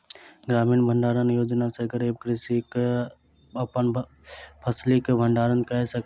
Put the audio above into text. ग्रामीण भण्डारण योजना सॅ गरीब कृषक अपन फसिलक भण्डारण कय सकल